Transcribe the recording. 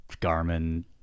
Garmin